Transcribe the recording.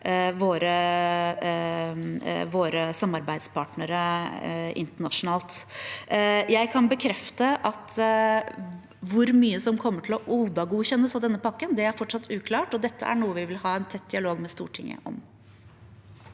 våre samarbeidspartnere internasjonalt. Jeg kan bekrefte at hvor mye som kommer til å ODA-godkjennes av denne pakken, fortsatt er uklart, og dette er noe vi vil ha en tett dialog med Stortinget om.